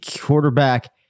quarterback